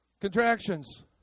Contractions